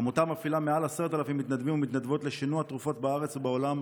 העמותה מפעילה מעל 10,000 מתנדבים ומתנדבות לשינוע תרופות בארץ ובעולם